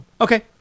Okay